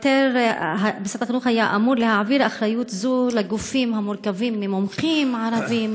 ומשרד החינוך היה אמור להעביר אחריות זו לגופים המורכבים ממומחים ערבים,